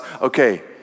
okay